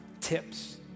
tips